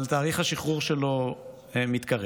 אבל תאריך השחרור שלו מתקרב,